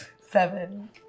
Seven